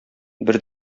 бер